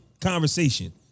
conversation